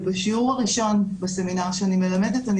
ובשיעור הראשון בסמינר שאני מלמדת אני